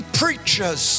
preachers